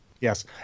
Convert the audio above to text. Yes